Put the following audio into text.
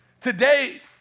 Today